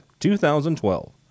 2012